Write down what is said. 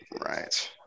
Right